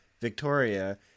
Victoria